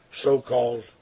so-called